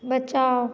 बचाउ